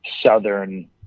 southern